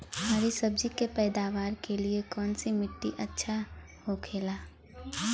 हरी सब्जी के पैदावार के लिए कौन सी मिट्टी अच्छा होखेला?